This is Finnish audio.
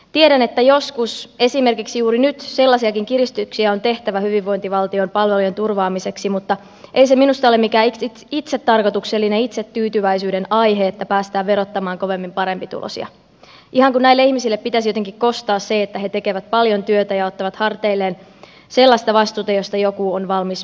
tiedän että joskus esimerkiksi juuri nyt sellaisiakin kiristyksiä on tehtävä hyvinvointivaltion palvelujen turvaamiseksi mutta minusta ei ole mikään itsetarkoituksellinen itsetyytyväisyyden aihe että päästään verottamaan kovemmin parempituloisia ihan kuin näille ihmisille pitäisi jotenkin kostaa se että he tekevät paljon työtä ja ottavat harteilleen sellaista vastuuta josta joku on valmis maksamaan